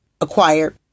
acquired